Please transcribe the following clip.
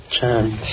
Chance